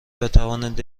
بتواند